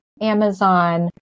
Amazon